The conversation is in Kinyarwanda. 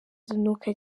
zinuka